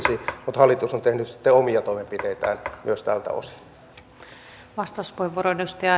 mutta hallitus on tehnyt sitten omia toimenpiteitään myös tältä osin